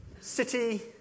city